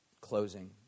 closing